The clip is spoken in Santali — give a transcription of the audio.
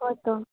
ᱦᱳᱭ ᱛᱚ